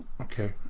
Okay